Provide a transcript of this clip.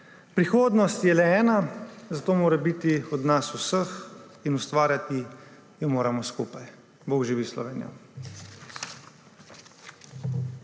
Prihodnost je le ena, zato mora biti od nas vseh in ustvarjati jo moramo skupaj. Bog živi Slovenijo.